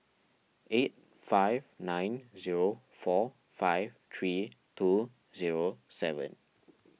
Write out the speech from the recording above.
eight five nine zero four five three two zero seven